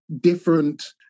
different